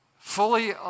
Fully